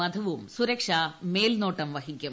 മധുവും സുരക്ഷാ മേൽനോട്ടം വഹിക്കും